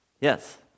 Yes